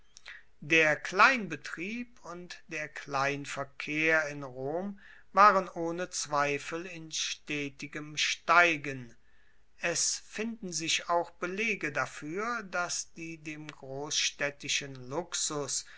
der kleinbetrieb und der kleinverkehr in rom waren ohne zweifel in stetigem steigen es finden sich auch belege dafuer dass die dem grossstaedtischen luxus